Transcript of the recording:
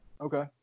okay